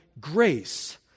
grace